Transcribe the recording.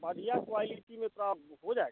बढ़िया क्वालिटी में काम हो जाएगा